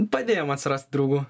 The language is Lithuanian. padėjo man surasti draugų